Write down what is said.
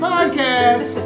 Podcast